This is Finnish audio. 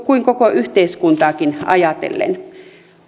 kuin koko yhteiskuntaakin ajatellen